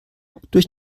durch